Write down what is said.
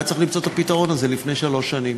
היה צריך למצוא את הפתרון הזה לפני שלוש שנים.